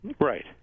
Right